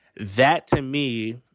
that, to me,